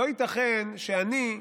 לא ייתכן שאני,